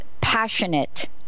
Passionate